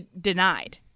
denied